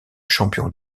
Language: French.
champion